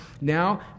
now